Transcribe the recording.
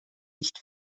nicht